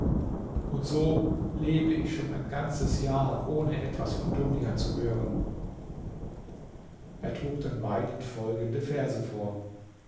und so lebe ich schon ein ganzes jahr ohne etwas von dunja zu hören er trug dann weinend folgende verse vor